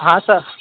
हां सर